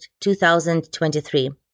2023